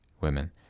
women